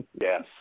Yes